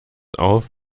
auf